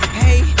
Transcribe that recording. hey